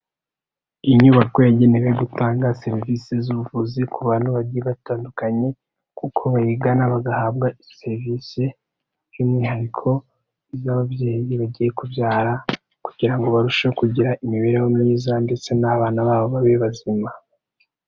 Inyubako yagenewe gutanga serivisi z'ubuvuzi ku bantu bagiye batandukanye, kuko bayigana bagahabwa izo serivisi, by'umwihariko iz'ababyeyi bagiye kubyara, kugira ngo barusheho kugira imibereho myiza ndetse n'abana babo babe bazima.